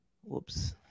Whoops